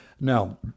Now